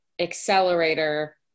accelerator